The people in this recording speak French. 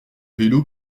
vélo